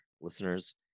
listeners